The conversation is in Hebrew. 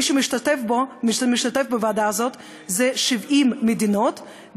משתתפות בוועדה הזאת 70 מדינות,